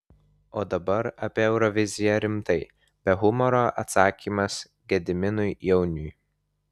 o dabar apie euroviziją rimtai be humoro atsakymas gediminui jauniui